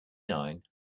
nine